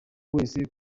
wese